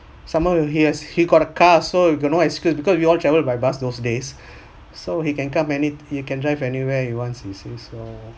someone will he has he got a car so you got no excuse because you all travel by bus those days so he can come any you can drive anywhere you want so